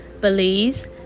Belize